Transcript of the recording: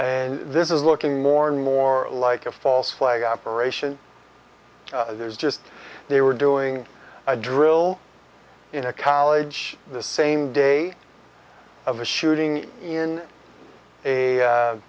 and this is looking more and more like a false flag operation there's just they were doing a drill in a college the same day of a shooting in a